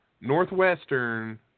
Northwestern